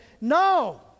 No